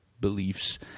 beliefs